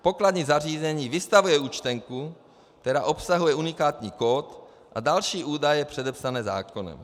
Pokladní zařízení vystavuje účtenku, která obsahuje unikátní kód a další údaje předepsané zákonem.